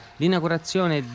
l'inaugurazione